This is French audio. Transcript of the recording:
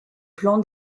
plan